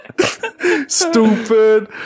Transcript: Stupid